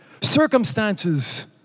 Circumstances